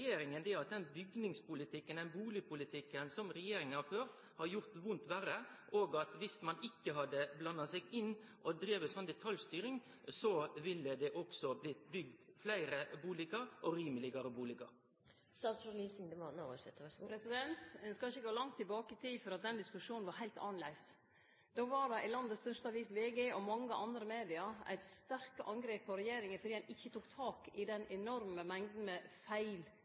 hadde blanda seg inn – og drive med sånn detaljstyring – ville det blitt bygd fleire og rimelegare bustader? Ein skal ikkje gå langt tilbake i tid for å sjå at denne diskusjonen har vore heilt annleis. Då var det i landets største avis, VG, og i mange andre media eit sterkt angrep på regjeringa fordi ein ikkje tok tak i den enorme mengda med feil